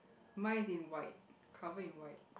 mine is in white covered in white